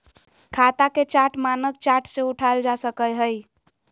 खाता के चार्ट मानक चार्ट से उठाल जा सकय हइ